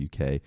UK